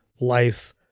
life